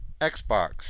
Xbox